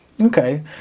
okay